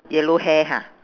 yellow hair ha